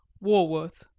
walworth.